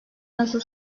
nasıl